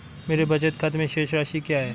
मेरे बचत खाते में शेष राशि क्या है?